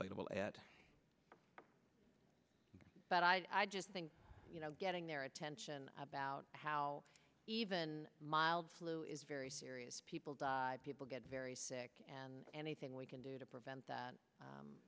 lable at but i just think you know getting their attention about how even mild flu is very serious people do people get very sick and anything we can do to prevent